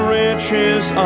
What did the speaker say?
riches